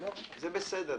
זה בסדר.